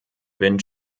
wind